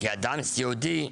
כאדם סיעודי,